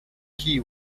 key